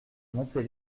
montait